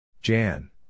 Jan